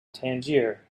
tangier